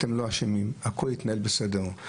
אתם לא אשמים, הכול התנהל בסדר.